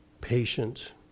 Patient